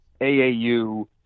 AAU